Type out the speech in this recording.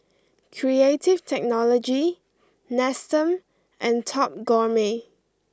Creative Technology Nestum and Top Gourmet